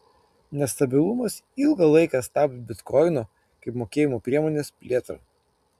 nestabilumas ilgą laiką stabdė bitkoino kaip mokėjimų priemonės plėtrą